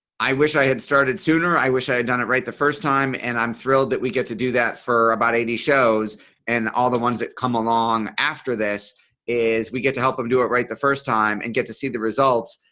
i wish i had started sooner. i wish i had done it right the first time and i'm thrilled that we get to do that for about eighty shows and all the ones that come along after this is we get to help them do it right the first time and get to see the results.